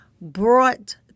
brought